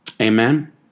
Amen